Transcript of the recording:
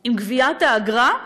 עם גביית האגרה,